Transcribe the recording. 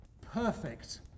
perfect